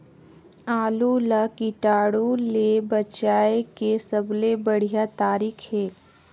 आलू ला कीटाणु ले बचाय के सबले बढ़िया तारीक हे?